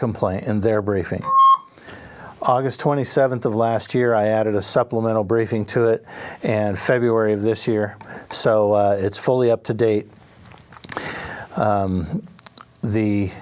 complaint in their briefing august twenty seventh of last year i added a supplemental briefing to it and february of this year so it's fully up to date